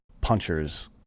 punchers